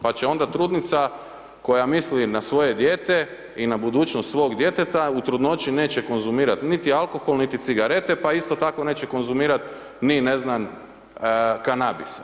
Pa će onda trudnica koja misli na svoje dijete i na budućnost svog djeteta u trudnoći neće konzumirati niti alkohol niti cigarete pa isto tako neće konzumirati ni ne znam kanabis.